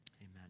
Amen